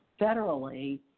federally